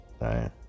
right